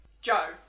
Joe